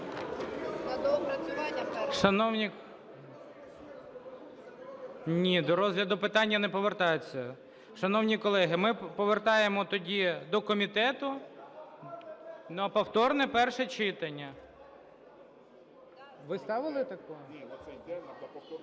Ні, до розгляду питання не повертається. Шановні колеги, ми повертаємо тоді до комітету на повторне перше читання. Шановні